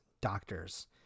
doctors